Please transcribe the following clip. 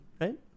right